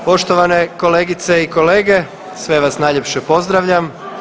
Poštovane kolegice i kolege, sve vaš najljepše pozdravljam.